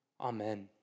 Amen